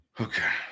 Okay